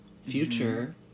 future